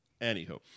Anywho